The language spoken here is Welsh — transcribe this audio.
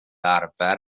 arfer